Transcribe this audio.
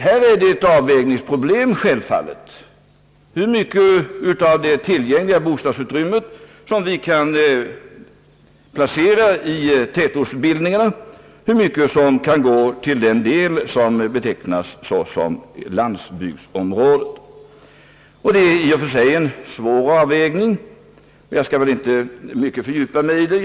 Självfallet är det ett avvägningsproblem hur mycket av det tillgängliga bostadsutrymmet vi kan placera i tätortsbildningarna och hur mycket som kan gå till den del som betecknas som landsbygdsområden,. Det är i och för sig en svår avvägning, och jag skall inte fördjupa mig mycket i den.